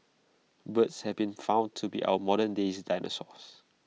birds have been found to be our moderndays dinosaurs